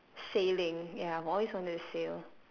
sailing ya I have always wanted to sail